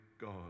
God